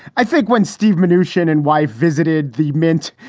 i think when steve mission and wife visited the mint,